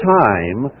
time